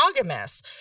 monogamous